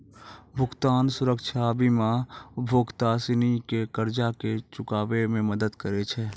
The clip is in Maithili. भुगतान सुरक्षा बीमा उपभोक्ता सिनी के कर्जा के चुकाबै मे मदद करै छै